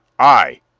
aye,